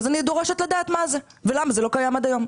אז אני דורשת לדעת מה זה ולמה זה לא קיים עד היום.